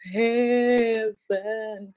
heaven